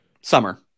Summer